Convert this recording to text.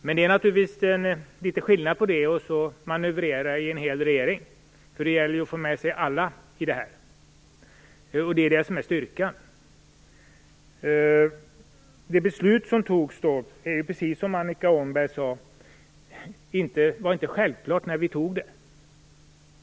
Men det är naturligtvis skillnad på att manövrera i en hel regering, för det gäller ju att få med sig alla. Det är det som är styrkan. Beslutet var, precis som Annika Åhnberg sade, inte självklart när det fattades.